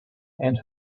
and